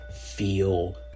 feel